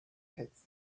pits